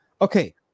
Okay